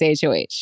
Hoh